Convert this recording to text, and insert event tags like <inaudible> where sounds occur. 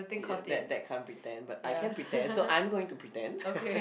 that that can't pretend but I can pretend so I'm going to pretend <laughs>